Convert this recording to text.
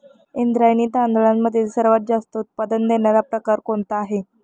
इंद्रायणी तांदळामधील सर्वात जास्त उत्पादन देणारा प्रकार कोणता आहे?